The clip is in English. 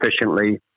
efficiently